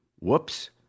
Whoops